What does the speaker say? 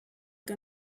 que